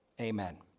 amen